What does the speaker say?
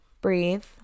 Breathe